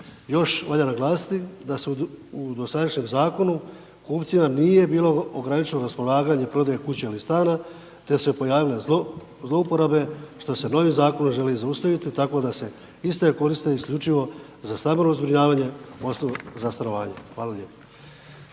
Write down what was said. Još valja naglasiti da se u dosadašnjem zakonu, kupcima nije bilo ograničeno raspolaganje prodaje kuće ili stana te su se pojavile zloporabe, što se novim zakonom želi zaustaviti tako da se iste koriste isključivo za stambeno zbrinjavanje odnosno, za stanovanje. Hvala lijepo.